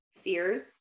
fears